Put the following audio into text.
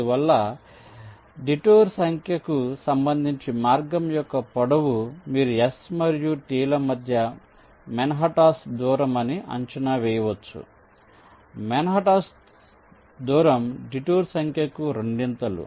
అందువల్ల ఇక్కడ డిటూర్ సంఖ్యకు సంబంధించి మార్గం యొక్క పొడవు మీరు S మరియు T ల మధ్య మాన్హాటన్ దూరం అని అంచనా వేయవచ్చు మాన్హాటన్ దూరం డిటూర్ సంఖ్యకు రెండింతలు